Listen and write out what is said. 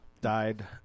died